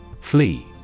Flee